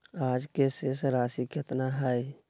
आज के शेष राशि केतना हइ?